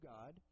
God